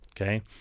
okay